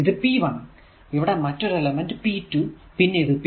ഇവിടെ മറ്റൊരു element p2 പിന്നെ ഇത് p3 ഇത് p4